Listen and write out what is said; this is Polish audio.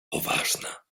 poważna